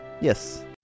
yes